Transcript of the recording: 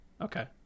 Okay